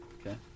Okay